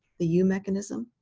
the u mechanism.